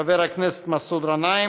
חבר הכנסת מסעוד גנאים,